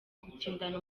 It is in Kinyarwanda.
gutindana